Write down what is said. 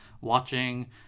watching